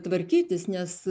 tvarkytis nes